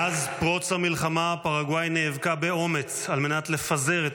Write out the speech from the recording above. מאז פרוץ המלחמה פרגוואי נאבקה באומץ על מנת לפזר את